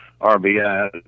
RBI